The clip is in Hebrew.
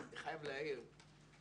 אני חייב להעיר,